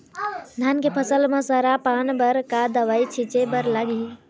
धान के फसल म सरा पान बर का दवई छीचे बर लागिही?